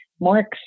more